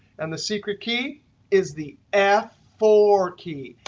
and the secret key is the f four key.